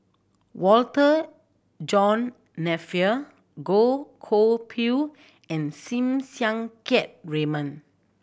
Walter John Napier Goh Koh Pui and Sim Siang Keat Raymond